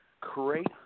create